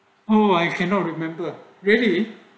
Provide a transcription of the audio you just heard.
oh I cannot remember really